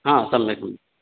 हा सम्यक्